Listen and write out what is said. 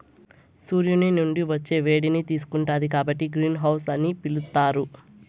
సూర్యుని నుండి వచ్చే వేడిని తీసుకుంటాది కాబట్టి గ్రీన్ హౌస్ అని పిలుత్తారు